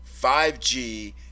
5G